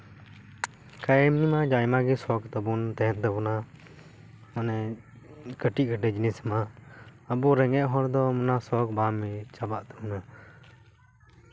ᱠᱟᱭᱮᱱ ᱨᱮᱢᱟ ᱟᱭᱢᱟ ᱜᱮ ᱥᱚᱠ ᱛᱟᱵᱚᱱ ᱛᱟᱦᱮᱱ ᱛᱟᱵᱚᱱᱟ ᱢᱟᱱᱮ ᱠᱟᱹᱴᱤᱡ ᱠᱟᱹᱴᱤᱡ ᱡᱤᱱᱤᱥ ᱨᱮᱱᱟᱜ ᱟᱵᱚ ᱨᱮᱸᱜᱮᱡ ᱦᱚᱲ ᱫᱚ ᱚᱱᱟ ᱥᱚᱠ ᱵᱟᱝ ᱪᱟᱵᱟᱜ ᱛᱟᱵᱚᱱᱟ